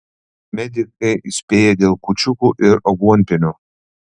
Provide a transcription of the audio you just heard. medikai įspėja dėl kūčiukų ir aguonpienio